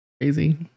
crazy